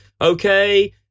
Okay